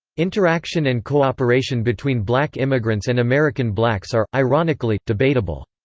interaction and cooperation between black immigrants and american blacks are, ironically, debatable.